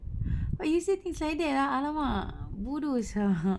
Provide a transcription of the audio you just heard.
but you say things like that ah !alamak! bodoh sia